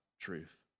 Truth